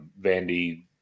Vandy